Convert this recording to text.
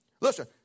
Listen